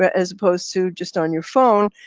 ah as opposed to just on your phone.